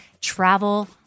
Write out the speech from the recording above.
travel